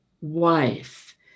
wife